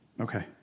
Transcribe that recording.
Okay